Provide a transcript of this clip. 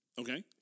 Okay